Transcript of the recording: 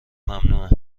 ممنوعه